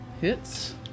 Hits